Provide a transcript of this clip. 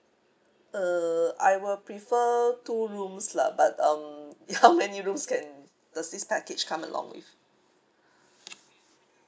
uh I will prefer two rooms lah but um how many rooms can does this package come along with